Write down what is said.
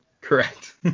Correct